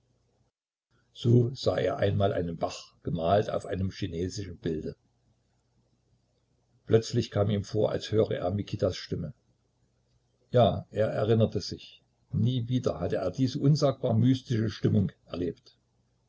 so sah er einmal einen bach gemalt auf einem chinesischen bilde plötzlich kam ihm vor als höre er mikitas stimme ja er erinnerte sich nie wieder hatte er diese unsagbar mystische stimmung erlebt